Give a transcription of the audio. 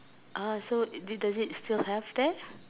uh so it does it still have that